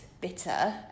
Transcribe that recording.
bitter